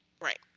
right